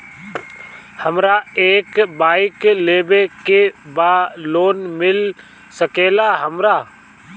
हमरा एक बाइक लेवे के बा लोन मिल सकेला हमरा?